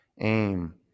Aim